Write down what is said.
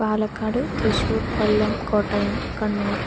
Palakkad Thrissur Kollam Kottayam Kannur